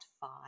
five